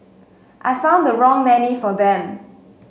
I found the wrong nanny for them